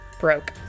broke